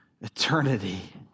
eternity